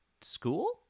school